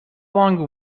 long